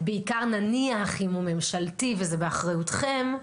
בעיקר נניח אם הוא ממשלתי וזה באחריותכם,